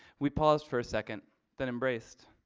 we pause for a second then embraced.